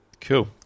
Cool